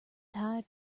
tired